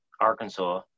Arkansas